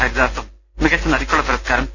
ഹരിദാസും മികച്ച നടിയ്ക്കുള്ള പുരസ്കാരം സി